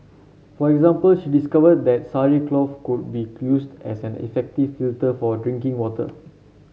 for example she discovered that sari cloth could be used as an effective filter for drinking water